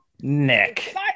Nick